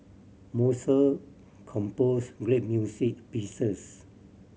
Mozart composed great music pieces